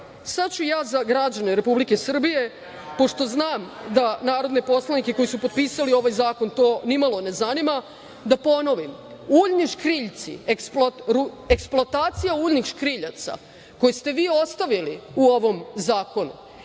ću za građane Republike Srbije pošto znam da narodne poslanike koji su potpisali ovaj zakon to nimalo ne zanima, da ponovim. Eksploatacija uljnih škriljaca koje ste vi ostavili u ovom zakonu